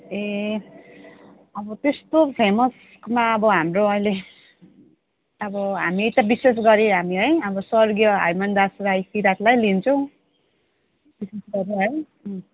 ए अब त्यस्तो फेमसमा अब हाम्रो अहिले अब हामी त विशेष गरी हामी है स्वर्गीय हायमनदास राई किराँतलाई लिन्छौँ है उम्